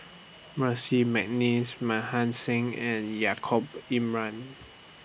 Percy Mcneice Mohan Singh and Yaacob